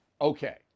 Okay